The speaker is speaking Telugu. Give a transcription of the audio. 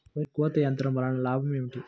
వరి కోత యంత్రం వలన లాభం ఏమిటి?